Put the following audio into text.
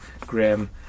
Graham